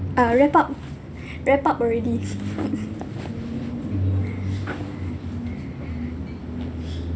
uh wrap up wrap up already